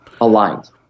aligned